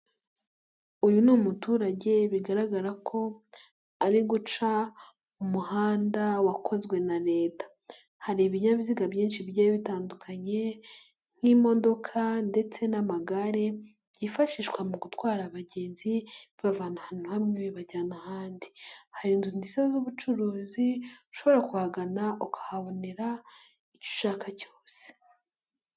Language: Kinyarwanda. Uyu ni umuturage bigaragara ko ari guca umuhanda wakozwe na Leta, hari ibinyabiziga byinshi bigiye bitandukanye nk'imodoka ndetse n'amagare byifashishwa mu gutwara abagenzi bibavana ahantu hamwe bibajyana ahandi, hari inzu nziza z'ubucuruzi ushobora kuhagana ukahabonera icyo ushaka cyose.